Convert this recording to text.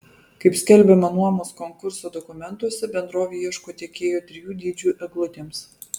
kaip skelbiama nuomos konkurso dokumentuose bendrovė ieško tiekėjo trijų dydžių eglutėms